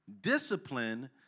discipline